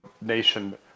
nation